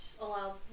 allow